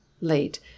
late